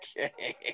okay